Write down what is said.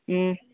ꯎꯝ